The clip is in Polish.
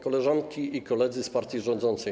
Koleżanki i Koledzy z partii rządzącej!